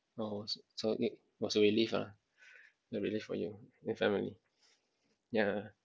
oh so it was a relief lah a relief for you your family ya